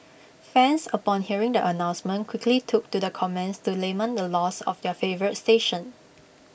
fans upon hearing the announcement quickly took to the comments to lament the loss of their favourite station